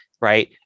right